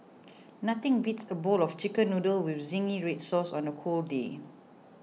nothing beats a bowl of Chicken Noodles with Zingy Red Sauce on a cold day